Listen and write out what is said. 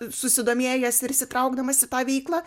susidomėjęs ir įsitraukdamas į tą veiklą